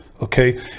okay